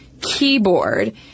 keyboard